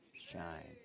shine